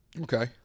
Okay